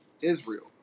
Israel